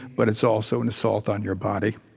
but it's also an assault on your body,